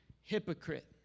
hypocrite